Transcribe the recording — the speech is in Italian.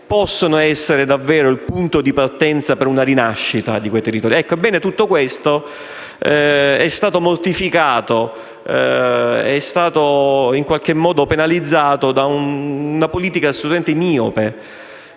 possono essere davvero un punto di partenza per la rinascita del territorio. Ebbene, tutto questo è stato mortificato, è stato in qualche modo penalizzato da una politica assolutamente miope